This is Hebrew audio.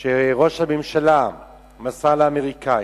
שראש הממשלה מסר לאמריקנים,